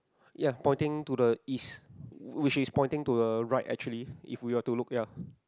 ya pointing to the East which is pointing to the right actually if we were to look ya